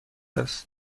است